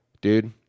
Dude